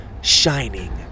shining